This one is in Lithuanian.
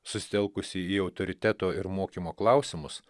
susitelkusi į autoriteto ir mokymo klausimus